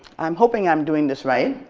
i'm hoping i'm doing this right.